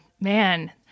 man